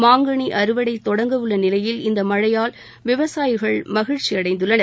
மாங்கனி அறுவடை தொடங்கவுள்ள நிலையில் இந்த மழையால் விவசாயிகள் மகிழ்ச்சியடைந்தனர்